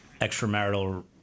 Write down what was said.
extramarital